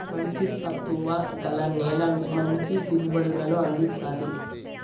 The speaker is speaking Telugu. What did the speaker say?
మంచి సత్తువ గల నేల మంచి దిగుబడులను అందిస్తాది